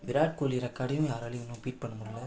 விராட்கோலி ரெக்காடையும் யாராலையும் இன்னும் பீட் பண்ண முடியல